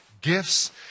gifts